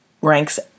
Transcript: ranks